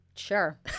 Sure